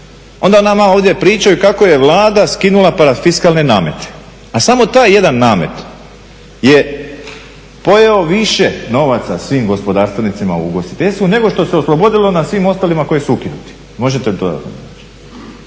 onda nama ovdje pričaju kako je Vlada skinula parafiskalne namete. A samo taj jedan namet je pojeo više novaca svim gospodarstvenicima u ugostiteljstvu nego što se oslobodilo na svim ostalima koji su ukinuti. …/Govornik se ne